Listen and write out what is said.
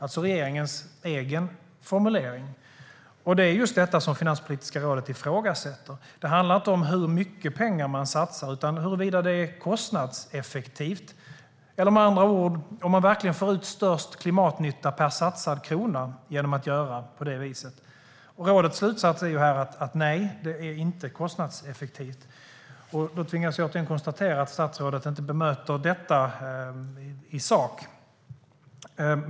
Det är regeringens egen formulering. Det är just detta som Finanspolitiska rådet ifrågasätter. Det handlar inte om hur mycket pengar man satsar utan om huruvida det är kostnadseffektivt, eller med andra ord om man verkligen får ut störst klimatnytta per satsad krona genom att göra på det viset. Rådets slutsats är: Nej, det är inte kostnadseffektivt. Då tvingas jag återigen konstatera att statsrådet inte bemöter detta i sak.